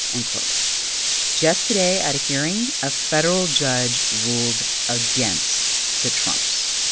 end quote just today at a hearing, a federal judge ruled against the trumps.